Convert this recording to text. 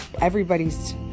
everybody's